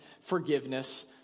forgiveness